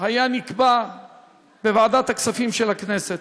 נקבע בוועדת הכספים של הכנסת.